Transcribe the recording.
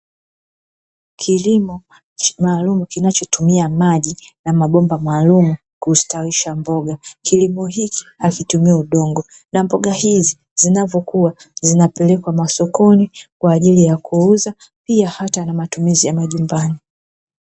Kilimo maalumu kinachotumia maji na mabomba maalumu kustawisha mboga. Kilimo hiki hakitumii udongo na mboga hizi zinavyokua zinapelekwa masokoni kwa ajili ya kuuza, pia hata na matumizi ya majumbani.